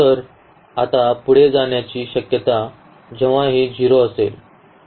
तर आता पुढे जाण्याची शक्यता जेव्हा ही 0 असेल